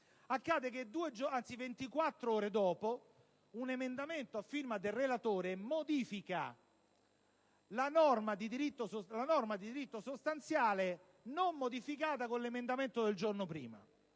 accaduto che, 24 ore dopo, un emendamento a firma del relatore ha modificato la norma di diritto sostanziale non modificata con l'emendamento del giorno